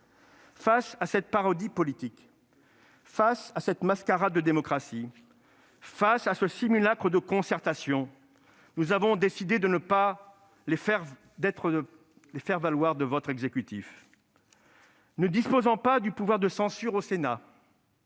Face à cette parodie politique, face à cette mascarade de démocratie, face à ce simulacre de concertation, nous avons décidé de ne pas être les faire-valoir de l'exécutif. Le Sénat ne disposant pas du pouvoir de censure,